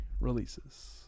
releases